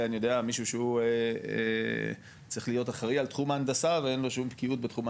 מישהו שהוא צריך להיות אחראי על תחום ההנדסה ואין לו שום בקיאות בתחום,